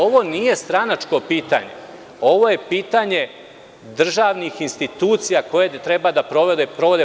Ovo nije stranačko pitanje, ovo je pitanje državnih institucija koje treba da sprovode